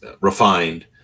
refined